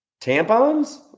tampons